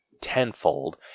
tenfold